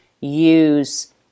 use